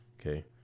okay